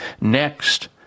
Next